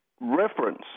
reference